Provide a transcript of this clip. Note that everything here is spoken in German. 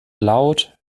laut